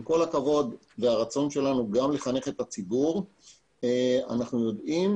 עם כל הכבוד והרצון שלנו גם לחנך את הציבור אנחנו יודעים,